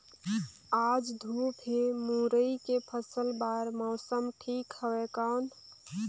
आज धूप हे मुरई के फसल बार मौसम ठीक हवय कौन?